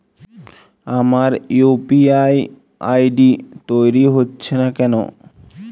আমার UPI ID তৈরি হচ্ছে না কেনো?